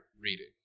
Reading